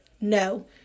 No